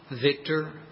Victor